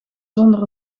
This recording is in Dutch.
zonder